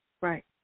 Right